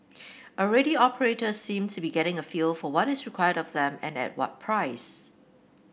already operators seem to be getting a feel for what is required of them and at what price